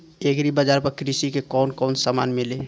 Agri बाजार पर कृषि के कवन कवन समान मिली?